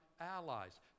allies